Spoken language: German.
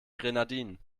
grenadinen